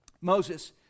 Moses